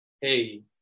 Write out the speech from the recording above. hey